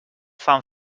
fan